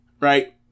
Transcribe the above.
right